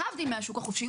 להבדיל מהשוק החופשי,